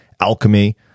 alchemy